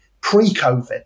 pre-COVID